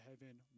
heaven